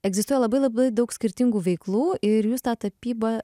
egzistuoja labai labai daug skirtingų veiklų ir jūs tą tapybą